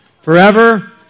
forever